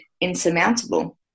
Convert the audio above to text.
insurmountable